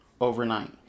overnight